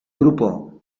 grupo